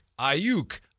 Ayuk